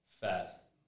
fat